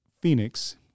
Phoenix